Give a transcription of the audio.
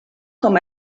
com